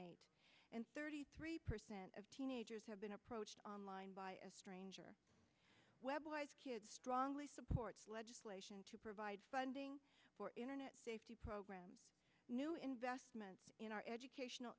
eight and thirty three percent of teenagers have been approached online by a stranger web strongly supports legislation to provide funding for internet safety programs new investment in our educational